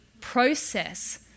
process